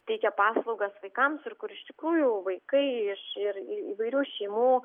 teikia paslaugas vaikams ir kur iš tikrųjų vaikai ir iš įvairių šeimų